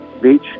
beach